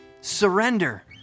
Surrender